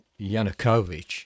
Yanukovych